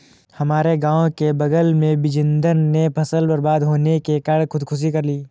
हमारे गांव के बगल में बिजेंदर ने फसल बर्बाद होने के कारण खुदकुशी कर ली